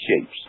shapes